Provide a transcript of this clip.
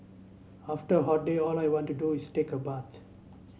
after a hot day all I want to do is take a bath